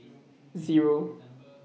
Zero